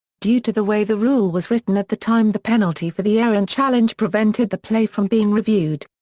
due to the way the rule was written at the time the penalty for the errant challenge prevented the play from being reviewed.